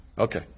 Okay